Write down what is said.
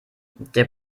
der